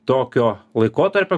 tokio laikotarpio